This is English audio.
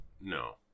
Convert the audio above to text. no